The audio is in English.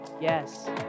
yes